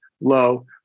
low